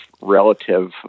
relative